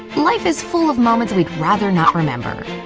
life is full of moments we'd rather not remember.